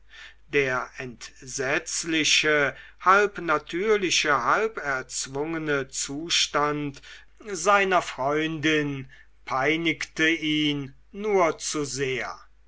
der entsetzliche halb natürliche halb erzwungene zustand seiner freundin peinigte ihn nur zu sehr